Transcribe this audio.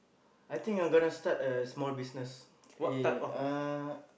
I think I'm gonna start a small business in uh